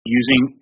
using